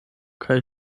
kaj